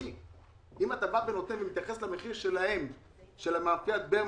אם אתה מתייחס למחיר השולי של מאפיית ברמן,